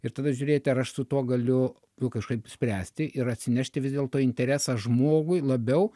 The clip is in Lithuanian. ir tada žiūrėti ar aš su tuo galiu kažkaip spręsti ir atsinešti vis dėlto interesą žmogui labiau